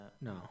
No